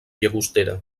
llagostera